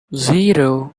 zero